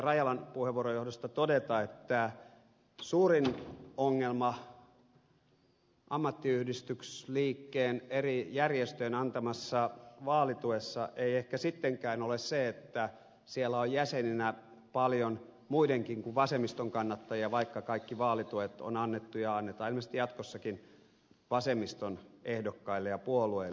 rajalan puheenvuoron johdosta todeta että suurin ongelma ammattiyhdistysliikkeen eri järjestöjen antamassa vaalituessa ei ehkä sittenkään ole se että siellä on jäseninä paljon muitakin kuin vasemmiston kannattajia vaikka kaikki vaalituet on annettu ja annetaan ilmeisesti jatkossakin vasemmiston ehdokkaille ja puolueille